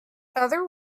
other